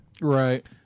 Right